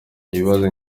ibibazo